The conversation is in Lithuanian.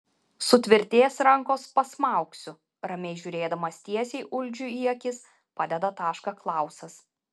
sutvirtės rankos pasmaugsiu ramiai žiūrėdamas tiesiai uldžiui į akis padeda tašką klausas